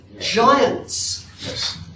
giants